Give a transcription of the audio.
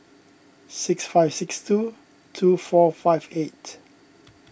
six five six two two four five eight